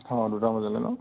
অঁ দুটা বজালৈ ন